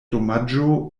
domaĝo